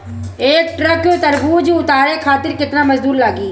एक ट्रक तरबूजा उतारे खातीर कितना मजदुर लागी?